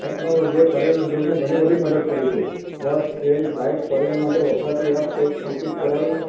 technology એ પરિવહન ઉદ્યોગને ઘણી બધી મદદ કરી છે બસ ટ્રેન ફ્લાઇટ પરિવહન માટે વપરાતી એપ ટેક્સ્ટ બુકીટ કરાવવી